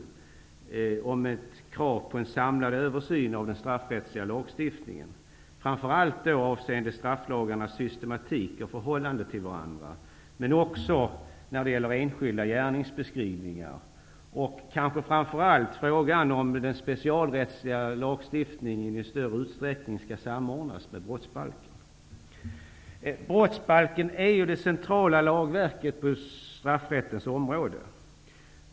Det gäller ett krav på en samlad översyn av den straffrättsliga lagstiftningen, framför allt avseende strafflagarnas systematik och förhållande till varandra, men också enskilda gärningsbeskrivningar, kanske då framför allt frågan om hur den specialrättsliga lagstiftningen i större utsträckning skall samordnas med brottsbalken. Brottsbalken är det centrala lagverket på straffrättens område.